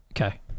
Okay